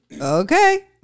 okay